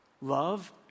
Love